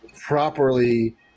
properly